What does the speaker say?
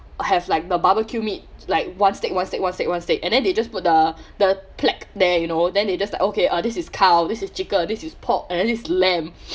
have like the barbecue meat like one stick one stick one stick one stick and then they just put the the plaque there you know then they just like okay uh this is cow this is chicken this is pork and then this is lamb